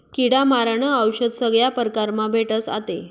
किडा मारानं औशद सगया परकारमा भेटस आते